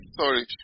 sorry